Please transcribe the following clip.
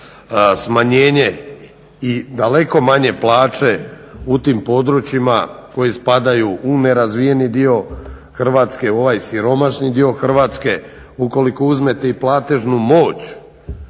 smanjenje i daleko manje plaće u tim područjima koji spadaju u nerazvijeni dio Hrvatske u ovaj siromašni dio Hrvatske, ukoliko uzmete i platežnu moć